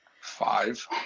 five